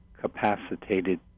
capacitated